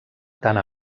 tant